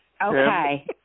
Okay